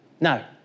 Now